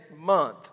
month